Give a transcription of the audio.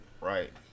Right